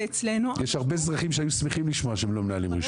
יש הרבה אזרחים שהיו שמחים לשמוע שהם לא מנהלים רישום.